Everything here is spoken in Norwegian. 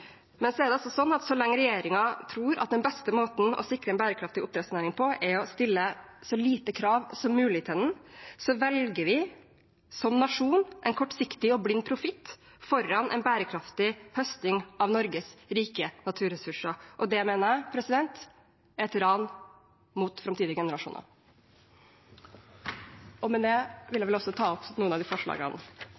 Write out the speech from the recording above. Men så lenge regjeringen tror at den beste måten å sikre en bærekraftig oppdrettsnæring på er å stille så lite krav som mulig til den, velger vi som nasjon en kortsiktig og blind profitt foran en bærekraftig høsting av Norges rike naturressurser. Det mener jeg er et ran av framtidige generasjoner. Med det